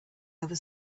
over